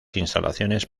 instalaciones